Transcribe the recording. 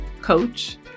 coach